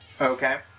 Okay